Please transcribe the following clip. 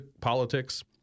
politics